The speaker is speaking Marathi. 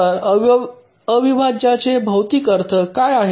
तर अविभाज्याचे भौतिक अर्थ काय आहे